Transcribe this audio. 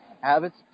habits